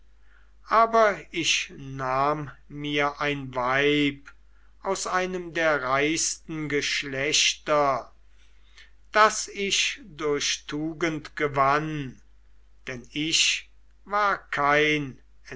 aber ich nahm mir ein weib aus einem der reichsten geschlechter das ich durch tugend gewann denn ich war kein